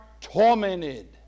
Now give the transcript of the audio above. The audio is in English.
tormented